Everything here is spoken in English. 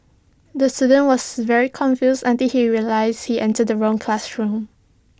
the student was very confused until he realised he entered the wrong classroom